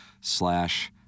slash –